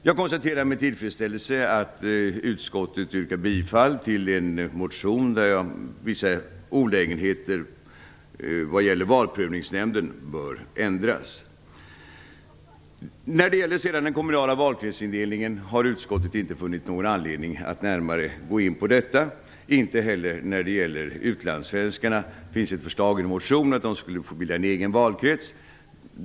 Jag konstaterar med tillfredsställelse att utskottet tillstyrker en motion om att vissa olägenheter vad gäller valprövningsnämnden bör ändras. När det sedan gäller den kommunala valkretsindelningen har utskottet inte funnit någon anledning att närmare gå in på den, och inte heller på utlandssvenskarnas förhållanden. I en motion finns ett förslag om att de skulle få bilda en egen valkrets.